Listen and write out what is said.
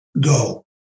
go